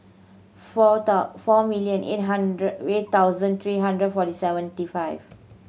four four million eight hundred thousand three hundred forty seventy five